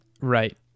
Right